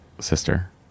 sister